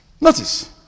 Notice